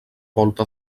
volta